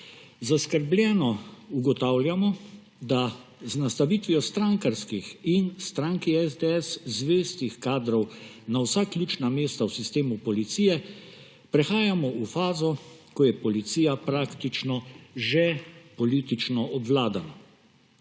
zaskrbljeno ugotavljamo, da z nastavitvijo strankarskih in stranki SDS zvestih kadrov na vsa ključna mesta v sistemu policije prehajamo v fazo, ko je policija praktično že politično obvladana.